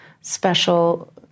special